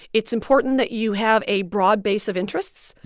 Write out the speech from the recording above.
it's important that you have a broad base of interests.